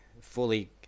fully